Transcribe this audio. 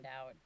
out